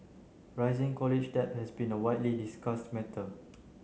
rising college debt has been a widely discussed matter